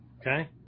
Okay